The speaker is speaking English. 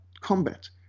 combat